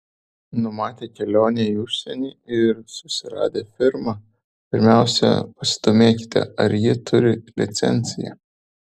numatę kelionę į užsienį ir susiradę firmą pirmiausia pasidomėkite ar ji turi licenciją